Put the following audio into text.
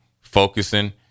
focusing